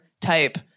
type